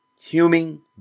human